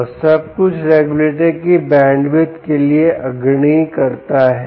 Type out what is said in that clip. और सब कुछ रेगुलेटर की बैंडविड्थ के लिए अग्रणी करता है